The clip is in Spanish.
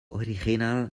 original